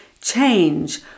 change